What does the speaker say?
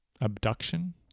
abduction